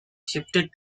shifted